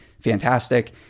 fantastic